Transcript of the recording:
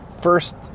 First